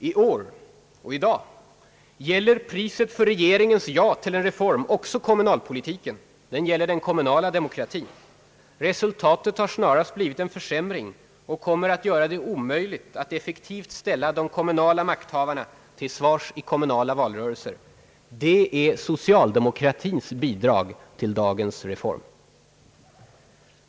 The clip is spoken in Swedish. — I år och i dag gäller priset för regeringens ja till en reform också kommunalpolitiken, den gäller den kommunala demokratin. Resultatet har snarast blivit en försämring och kommer att göra det omöjligt att effektivt ställa de kommunala makthavarna till svars i kommunala valrörelser. Det är socialdemokratins bidrag till dagens reform.